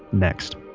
next